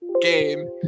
game